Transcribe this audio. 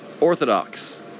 orthodox